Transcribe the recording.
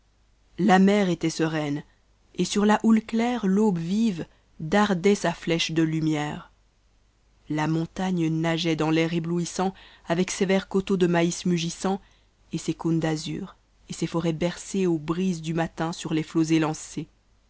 la mer était sereine et sur la houte claire l'aube vive dardait sa mèche de om e re la montagne nageait dans t'a r cbtoatssant avec ses verts coteaux de maïs mûrissant kt ses cônes d'axar et ses forêts bercées aux brises du matin sur les mots étancces